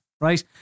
right